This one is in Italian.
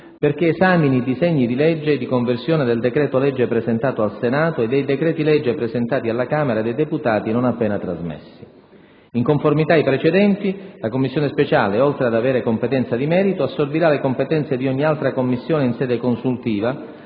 perché esamini i disegni di legge di conversione del decreto-legge presentato al Senato e dei decreti-legge presentati alla Camera dei deputati, non appena trasmessi. In conformità ai precedenti, la Commissione speciale, oltre ad avere competenza di merito, assorbirà le competenze di ogni altra Commissione in sede consultiva,